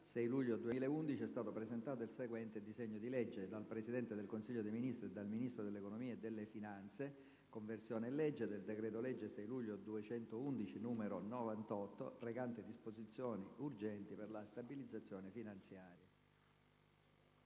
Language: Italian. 6 luglio 2011 è stato presentato il seguente disegno di legge: *dal Presidente del Consiglio dei ministri e dal Ministro dell'economia e delle finanze*: «Conversione in legge del decreto-legge 6 luglio 2011, n. 98, recante disposizioni urgenti per la stabilizzazione finanziaria»